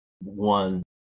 one